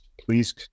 Please